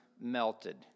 melted